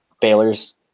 Baylor's